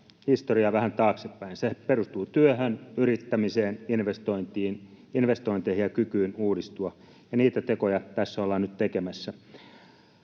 historiaa vähän taaksepäin? Se perustuu työhön, yrittämiseen, investointeihin ja kykyyn uudistua, ja niitä tekoja tässä ollaan nyt tekemässä.